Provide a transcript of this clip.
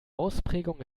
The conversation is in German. ausprägung